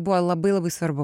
buvo labai labai svarbu